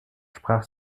sprach